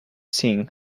sing